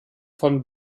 von